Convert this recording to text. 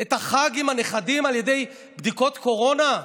את החג עם הנכדים על ידי בדיקות קורונה?